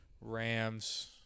Rams